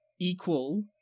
equal